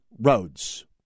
roads